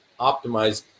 optimize